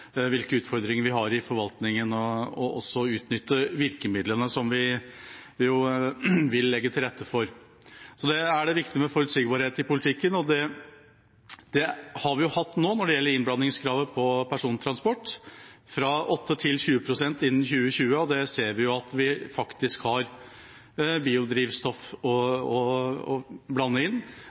hvilke utfordringer vi har i forvaltningen, og også å utnytte virkemidlene vi jo vil legge til rette for. Det er viktig med forutsigbarhet i politikken. Det har vi nå hatt når det gjelder innblandingskravet for persontransport, fra 8 til 20 pst. innen 2020, og vi ser at vi faktisk har biodrivstoff å blande inn.